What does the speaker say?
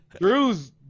Drew's